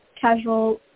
casual